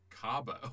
Cabo